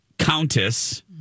Countess